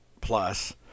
plus